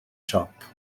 siop